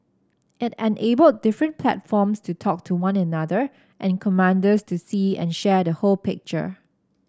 it enabled different platforms to talk to one another and commanders to see and share the whole picture